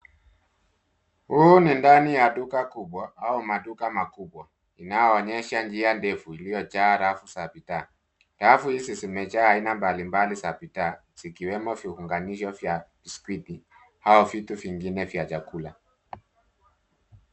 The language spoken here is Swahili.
Huu ni ndani ya duka kubwa au maduka makubwa, inayoonyesha njia ndefu iliyojaa rafu za bidhaa. Rafu hizi zimejaa aina mbali mbali za bidhaa, zikiwemo viunganisho vya biskuti au vitu vingine vya chakula.